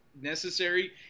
necessary